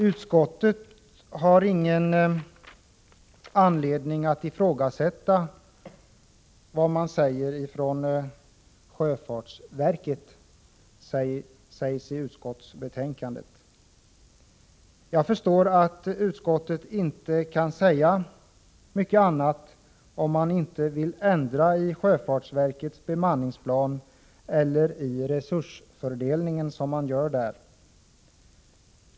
Utskottet har ingen anledning att ifrågasätta vad sjöfartsverket säger, heter det i utskottsbetänkandet. Jag förstår att utskottet inte kan säga mycket annat, om man inte vill ändra i sjöfartsverkets bemanningsplan eller i den resursfördelning som görs där.